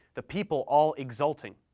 the people all exulting,